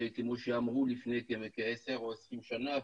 כמו שאמרו לפני כעשר או 20 שנה,